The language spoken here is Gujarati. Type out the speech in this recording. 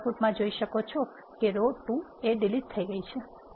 તમે આઉટપુટ માં જોઇ શકો છો કે રો 2 ડિલીટ થઇ ગઇ છે